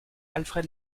alfred